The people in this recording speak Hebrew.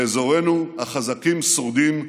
באזורנו, החזקים שורדים,